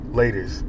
ladies